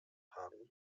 haben